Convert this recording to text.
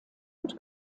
und